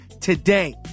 today